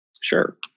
Sure